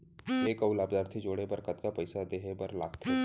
एक अऊ लाभार्थी जोड़े बर कतका पइसा देहे बर लागथे?